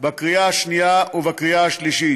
בקריאה השנייה ובקריאה השלישית.